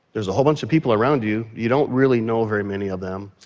there's a whole bunch of people around you, you don't really know very many of them,